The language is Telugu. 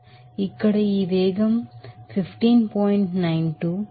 ఇక్కడ ఈ వెలాసిటీ 15